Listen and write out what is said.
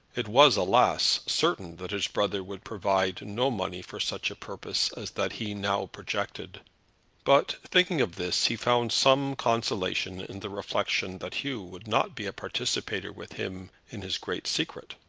it was, alas, certain that his brother would provide no money for such a purpose as that he now projected but, thinking of this, he found some consolation in the reflection that hugh would not be a participator with him in his great secret.